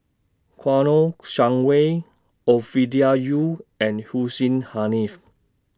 Kouo Shang Wei Ovidia Yu and Hussein Haniff